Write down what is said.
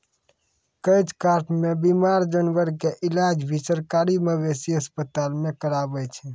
catch कार्प नॅ बीमार जानवर के इलाज भी सरकारी मवेशी अस्पताल मॅ करावै छै